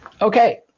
Okay